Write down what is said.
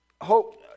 hope